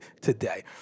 today